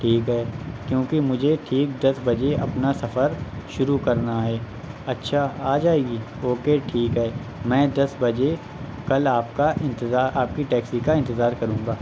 ٹھیک ہے کیوں کہ مجھے ٹھیک دس بجے اپنا سفر شروع کرنا ہے اچھا آ جائے گی اوکے ٹھیک ہے میں دس بجے کل آپ کا انتطار آپ کی ٹیکسی کا انتظار کروں گا